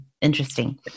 Interesting